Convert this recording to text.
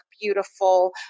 beautiful